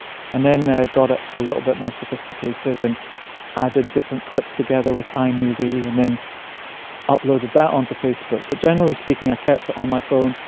and then i got a ah little but more sophisticated and added different clips together with imovie and then uploaded that onto facebook but generally speaking i kept it on my phone,